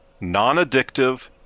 non-addictive